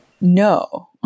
No